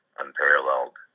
unparalleled